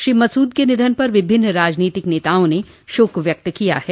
श्री मसूद के निधन पर विभिन्न राजनीतिक नेताओं ने शोक व्यक्त किया है